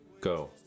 Go